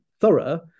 thorough